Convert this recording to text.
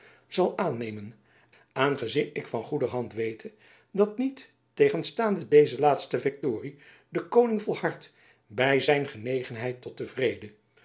zal aannemen aangezien ik van goederhand wete dat niet tegenstaande deze laatste viktorie de koning volhardt by zijn genegenheid tot den vrede